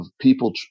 people